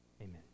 amen